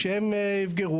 כשהם יתבגרו,